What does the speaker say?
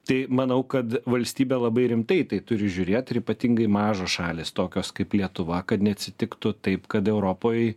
tai manau kad valstybė labai rimtai tai turi žiūrėt ir ypatingai mažos šalys tokios kaip lietuva kad neatsitiktų taip kad europoj